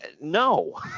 no